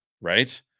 right